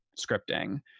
scripting